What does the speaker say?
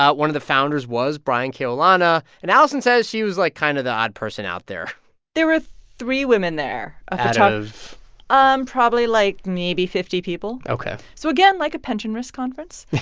one of the founders was brian keaulana. and allison says she was, like, kind of the odd person out there there were three women there ah out of? um probably, like, maybe fifty people ok so again, like a pension risk conference